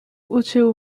uczuł